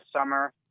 summer